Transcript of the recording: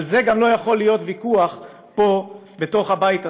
על זה גם לא יכול להיות ויכוח פה, בתוך הבית הזה.